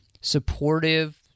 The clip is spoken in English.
supportive